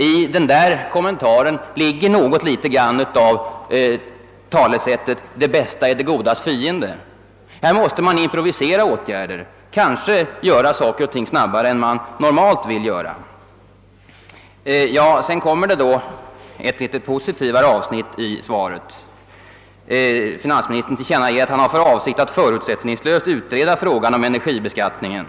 I denna kommentar ligger något litet av talesättet »Det bästa är det godas fiende». Här måste man improvisera åtgärder, kanske göra saker och ting snabbare än man normalt vill göra. Sedan följer ett litet mera positivt avsnitt i svaret. Finansministern tillkännager att han har för avsikt att förutsättningslöst utreda frågan om ener gibeskattningen.